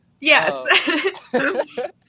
yes